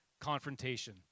confrontation